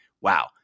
wow